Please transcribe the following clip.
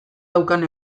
daukan